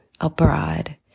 abroad